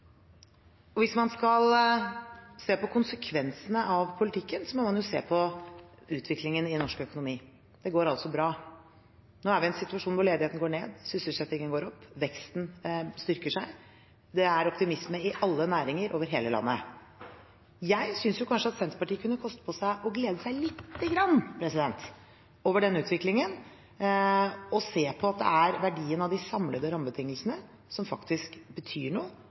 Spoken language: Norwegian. Hvis man skal se på konsekvensene av politikken, må man jo se på utviklingen i norsk økonomi. Det går altså bra. Nå er vi i en situasjon hvor ledigheten går ned, sysselsettingen går opp, veksten styrker seg. Det er optimisme i alle næringer over hele landet. Jeg synes kanskje at Senterpartiet kunne koste på seg å glede seg lite grann over denne utviklingen og se at det er verdien av de samlede rammebetingelsene som faktisk betyr noe